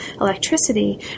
electricity